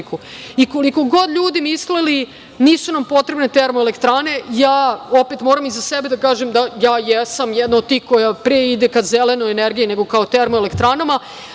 I koliko god ljudi mislili nisu nam potrebne termoelektrane, ja opet moram i za sebe da kažem, ja jesam jedna od tih koja pre ide ka zelenoj energiji, nego ka termoelektranama.